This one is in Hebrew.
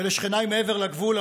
ולשכניי מעבר לגבול,